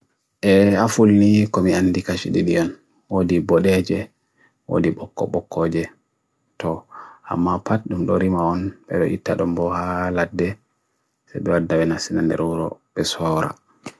Penguin ɓe heɓi ngal jangoɗe. Ko penguin ko hayre, njama foore a hokka ɓe haɓre foore rewe e nder. Hokkita puccu wulorɗe, nyamu puccu doo?